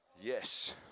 Yes